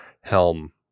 helm